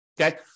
Okay